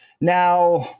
Now